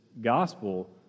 gospel